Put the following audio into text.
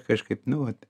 kažkaip nu vat